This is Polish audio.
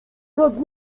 nad